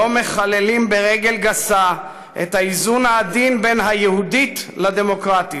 לא מחללים ברגל גסה את האיזון העדין בין ה"יהודית" ל"דמוקרטית",